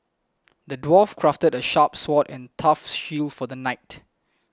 the dwarf crafted a sharp sword a tough shield for the knight